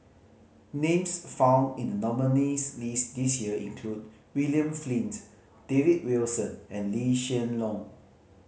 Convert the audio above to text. names found in the nominees' list this year include William Flint David Wilson and Lee Hsien Loong